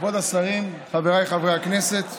כבוד השרים, חבריי חברי הכנסת,